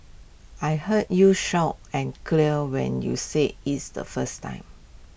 I heard you and clear when you said is the first time